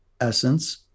essence